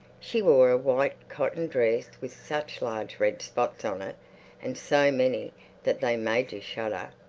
she wore a white cotton dress with such large red spots on it and so many that they made you shudder,